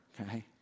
okay